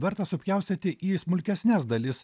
verta supjaustyti į smulkesnes dalis